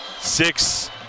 Six